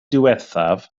diwethaf